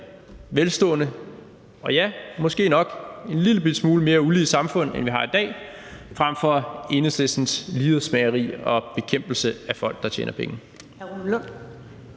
velstående og ja, måske nok en lillebitte smule mere ulige samfund, end vi har i dag, frem for Enhedslistens lighedsmageri og bekæmpelse af folk, der tjener penge.